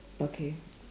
okay